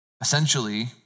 Essentially